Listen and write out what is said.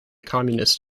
communist